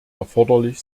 erforderlich